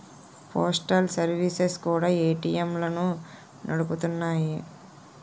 postal services కూడా ఏటీఎంలను నడుపుతున్నాయి